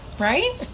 Right